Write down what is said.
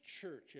church